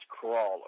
Crawler